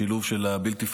שילוב של הבלתי-פורמלי,